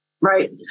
Right